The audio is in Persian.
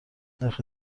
نرخ